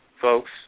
folks